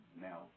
now